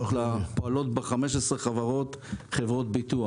פועלות כ-15 חברות ביטוח;